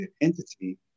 entity